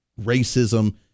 racism